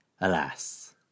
Alas